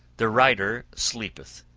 the rider sleepeth,